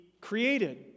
created